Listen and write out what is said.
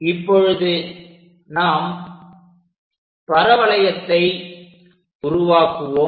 இப்பொழுது நாம் பரவளையத்தை உருவாக்குவோம்